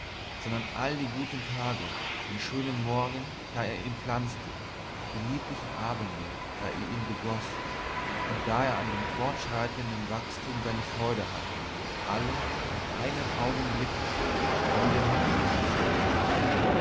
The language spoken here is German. sondern all die guten tage den schönen morgen da er ihn pflanzte die lieblichen abende da er ihn begoß und da er an dem fortschreitenden wachstum seine freude hatte alle in einem augenblicke wieder mitgenießt